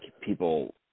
people